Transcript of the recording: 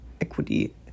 equity